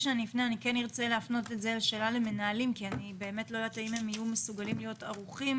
אני באמת לא יודעת האם המנהלים יהיו מסוגלים להיות ערוכים